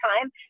time